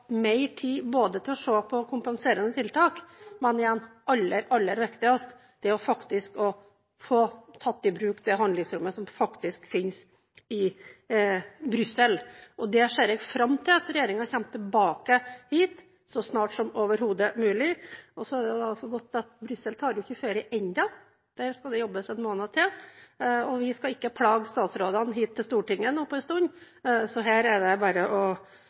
mer tid til å se på kompenserende tiltak. Men det aller, aller viktigste er å få tatt i bruk det handlingsrommet som faktisk finnes i Brussel, og der ser jeg fram til at regjeringen kommer tilbake hit så snart som overhodet mulig. Da er det jo godt at Brussel ikke tar ferie ennå, der skal det jobbes en måned til. Og vi skal ikke plage statsrådene hit til Stortinget på en stund, så her er det bare å